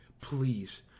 Please